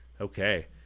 Okay